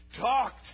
talked